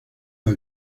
los